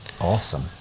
Awesome